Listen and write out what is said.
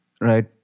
right